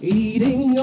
eating